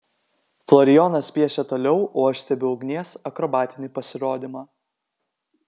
florijonas piešia toliau o aš stebiu ugnies akrobatinį pasirodymą